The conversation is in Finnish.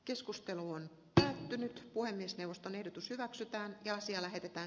keskustelu on lähtenyt puhemiesneuvoston ehdotus hyväksytään ja asia lähetetään